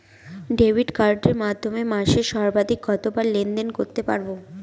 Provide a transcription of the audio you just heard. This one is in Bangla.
ডেবিট কার্ডের মাধ্যমে মাসে সর্বাধিক কতবার লেনদেন করতে পারবো?